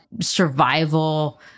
survival